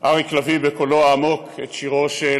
אריק לביא בקולו העמוק את שירו של